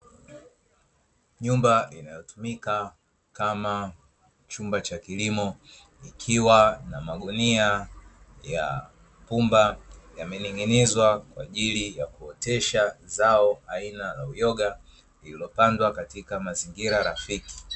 Nyumba inayotumika kama chumba cha kilimo kikiwa na magunia ya pumba yamening'inizwa kwa ajili ya kuotesha zao aina ya uyoga iliyopandwa katika mazingira rafiki.